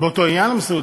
באותו עניין, מסעוד?